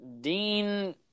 Dean